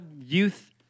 youth